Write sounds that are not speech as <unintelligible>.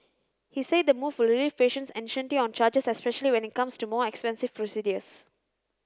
he said the move will relieve patients and <unintelligible> on charges especially when it comes to more expensive procedures